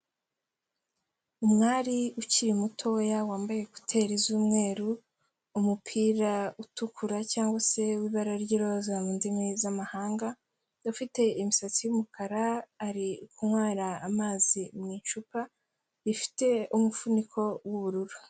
Umwari ukiri mutoya, wambaye ekuteri z'umweru, umupira utukura cyangwa se w'ibara ry'iroza mu ndimi z'amahanga, ufite imisatsi y'umukara, ari kunywera amazi mu icupa, rifite umufuniko w'ubururu.